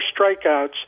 strikeouts